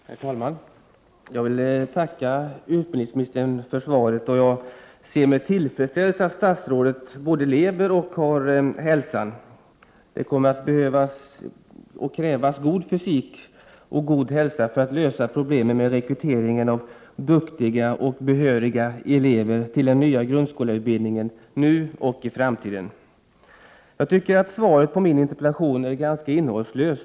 Herr talman! Jag vill tacka utbildningsministern för svaret, och jag ser med tillfredsställelse att statsrådet både lever och har hälsan. Det kommer att krävas god fysik och god hälsa för att lösa problemen med rekryteringen av duktiga och behöriga elever till den nya grundskollärarutbildningen nu och i framtiden. Jag tycker att svaret på min interpellation är ganska innehållslöst.